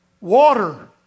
water